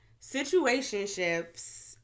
situationships